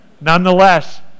Nonetheless